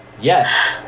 Yes